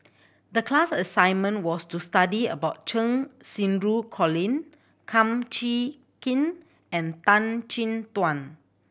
the class assignment was to study about Cheng Xinru Colin Kum Chee Kin and Tan Chin Tuan